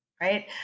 right